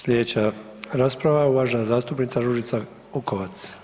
Slijedeće rasprava uvažena zastupnica Ružica Vukovac.